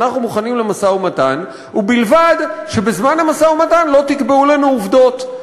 אנחנו מוכנים למשא-ומתן ובלבד שבזמן המשא-ומתן לא תקבעו לנו עובדות.